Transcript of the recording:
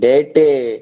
date